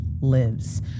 lives